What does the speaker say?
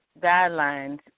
guidelines